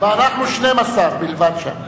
ואנחנו 12 בלבד שם.